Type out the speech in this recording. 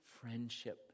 friendship